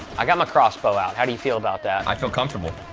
i got my crossbow out. how do you feel about that? i feel comfortable.